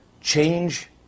change